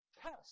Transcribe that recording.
test